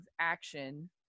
action